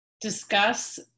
discuss